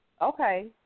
Okay